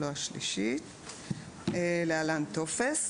לא התוספת השלישית "להלן: "טופס",